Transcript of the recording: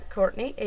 Courtney